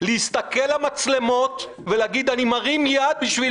להסתכל למצלמות ולהגיד: אני מרים יד בשביל